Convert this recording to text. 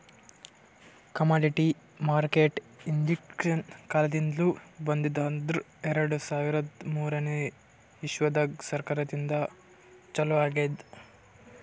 commodity market ಹಿಂದ್ಕಿನ್ ಕಾಲದಿಂದ್ಲು ಬಂದದ್ ಆದ್ರ್ ಎರಡ ಸಾವಿರದ್ ಮೂರನೇ ಇಸ್ವಿದಾಗ್ ಸರ್ಕಾರದಿಂದ ಛಲೋ ಆಗ್ಯಾದ್